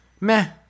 meh